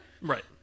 Right